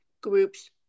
groups